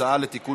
הצעה לתיקון